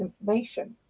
information